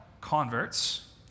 converts